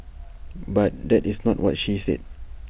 but that is not what she said